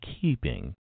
keeping